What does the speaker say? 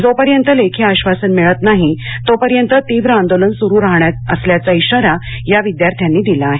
जोपर्यंत लेखी आश्वासन मिळत नाही तोपर्यंत तीव्र आंदोलन सुरूच राहणार असल्याचा इशारा या विद्यार्थ्यांनी दिला आहे